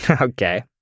Okay